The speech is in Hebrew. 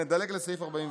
נדלג ל-48,